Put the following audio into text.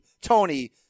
Tony